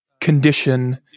condition